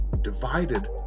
Divided